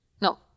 No